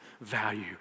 value